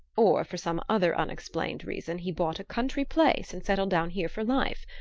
or for some other unexplained reason, he bought a country-place and settled down here for life.